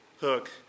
hook